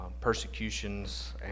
persecutions